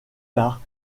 tard